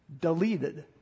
Deleted